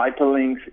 hyperlinks